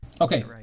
Okay